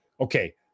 okay